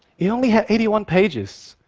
it only had eighty one pages.